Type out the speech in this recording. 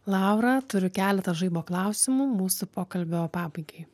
laura turiu keletą žaibo klausimų mūsų pokalbio pabaigai